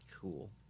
Cool